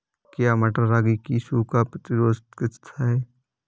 क्या मटर रागी की सूखा प्रतिरोध किश्त है?